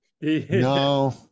No